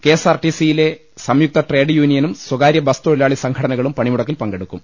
K S R T സിയിലെ സംയുക്ത trade യൂണിയനും സ്വകാര്യ ബസ് തൊഴിലാളി സംഘടനകളും പണിമുടക്കിൽ പങ്കെടുക്കും